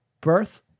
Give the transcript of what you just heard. birth